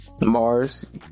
Mars